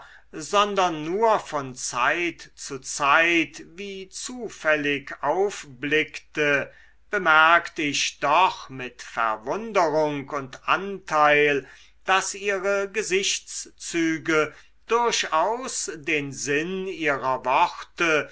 sondern nur von zeit zu zeit wie zufällig aufblickte bemerkt ich doch mit verwunderung und anteil daß ihre gesichtszüge durchaus den sinn ihrer worte